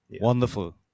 Wonderful